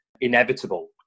inevitable